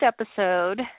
episode